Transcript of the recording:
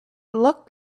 looked